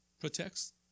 protects